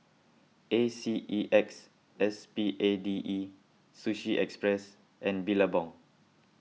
A C E X S P A D E Sushi Express and Billabong